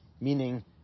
meaning